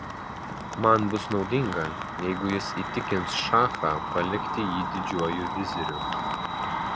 man bus naudinga jeigu jis įtikins šachą palikti jį didžiuoju viziriu